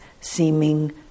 seeming